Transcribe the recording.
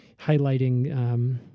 highlighting